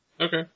Okay